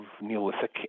Neolithic